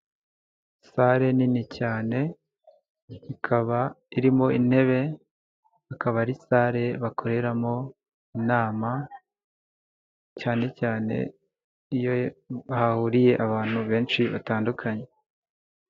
sale nini cyane, ikaba irimo intebe, akaba ari sale bakoreramo inama cyane cyane iyo hahuriye abantu benshi batandukanye.